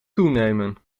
toenemen